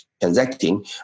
Transacting